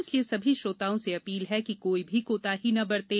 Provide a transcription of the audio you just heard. इसलिए सभी श्रोताओं से अपील है कि कोई भी कोताही न बरतें